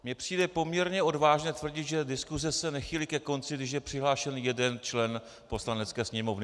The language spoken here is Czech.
Mně přijde poměrně odvážné tvrdit, že diskuze se nechýlí ke konci, když je přihlášen jeden člen Poslanecké sněmovny.